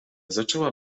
zaczęła